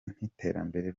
n’iterambere